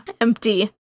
empty